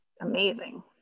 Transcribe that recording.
amazing